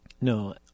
No